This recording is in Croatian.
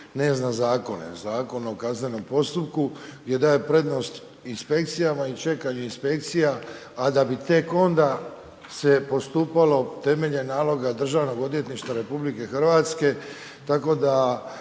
ne zna zakona. Zakon o kaznenom postupku jer daje prednost inspekcijama i čekanje inspekcija, a da bi tek onda se postupalo temeljem naloga DORH-a, tako da